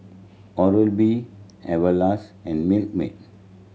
Oral B Everlast and Milkmaid